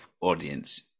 audience